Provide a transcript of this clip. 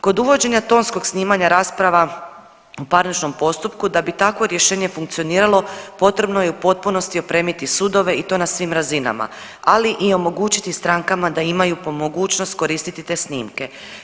Kod uvođenja tonskog snimanja rasprava u parničnom postupku, da bi takvo rješenje funkcioniralo, potrebno je u potpunosti opremiti sudove i to na svim razinama, ali i omogućiti strankama da imaju po mogućnosti, koristiti te snimke.